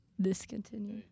discontinue